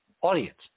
audience